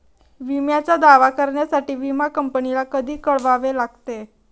विम्याचा दावा करण्यासाठी विमा कंपनीला कधी कळवावे लागते?